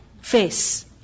face